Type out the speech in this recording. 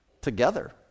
together